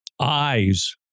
eyes